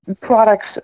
products